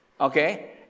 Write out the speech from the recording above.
okay